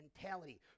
mentality